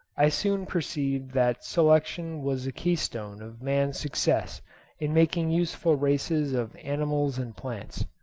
i soon perceived that selection was the keystone of man's success in making useful races of animals and plants.